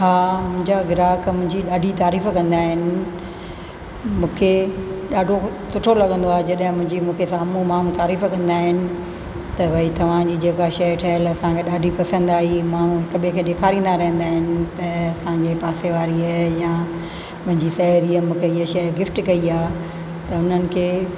हा मुंहिंजा ग्राहक मुंहिंजी ॾाढी तारीफ़ कंदा आहिनि मूंखे ॾाढो सुठो लॻंदो आहे जॾहिं मुंहिंजी मूंखे साम्हूं तमामु तारीफ़ कंदा आहिनि त भई तव्हांजी जेका शइ ठहियलु आहे असांखे ॾाढी पसंदि आई माण्हू हिकु ॿिए खे ॾेखारींदा रहंदा आहिनि त असांजे पासे वारीअ या मुंहिंजी साहेड़ी मूंखे हीअ शइ गिफ्ट कई आहे त उन्हनि खे